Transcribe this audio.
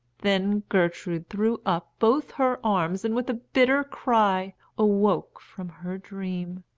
then gertrude threw up both her arms and with a bitter cry awoke from her dream.